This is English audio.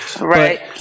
Right